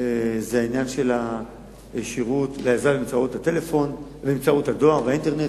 עניין השירות לאזרח באמצעות הטלפון ובאמצעות הדואר והאינטרנט.